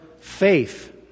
faith